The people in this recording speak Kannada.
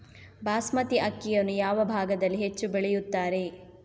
ಬಾಸ್ಮತಿ ಅಕ್ಕಿಯನ್ನು ಯಾವ ಭಾಗದಲ್ಲಿ ಹೆಚ್ಚು ಬೆಳೆಯುತ್ತಾರೆ?